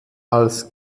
als